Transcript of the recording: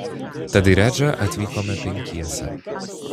tad į redžą atvykome penkiese